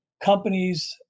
Companies